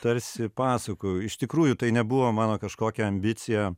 tarsi pasakojau iš tikrųjų tai nebuvo mano kažkokia ambicija